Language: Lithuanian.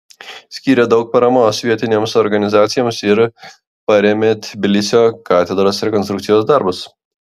skyrė daug paramos vietinėms organizacijoms ir parėmė tbilisio katedros rekonstrukcijos darbus